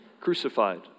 crucified